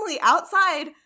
outside